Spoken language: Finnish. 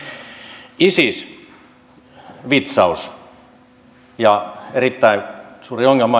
isis vitsaus ja erittäin suuri ongelma